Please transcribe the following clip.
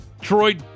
Troy